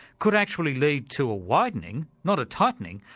could actually lead to a widening, not a tightening,